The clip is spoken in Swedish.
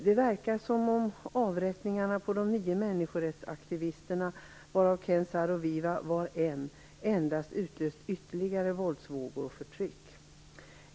Det verkar som om avrättningarna av de nio människorättsaktivisterna, varav Ken Saro-Wiwa var en, endast utlöst ytterligare våldsvågor och förtryck.